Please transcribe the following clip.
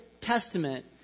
Testament